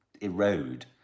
erode